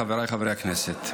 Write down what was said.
חבריי חברי הכנסת,